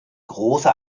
große